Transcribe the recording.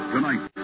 Tonight